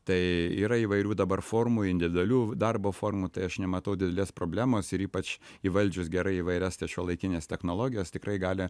tai yra įvairių dabar formų individualių darbo formų tai aš nematau didelės problemos ir ypač įvaldžius gerai įvairias šiuolaikinės technologijos tikrai gali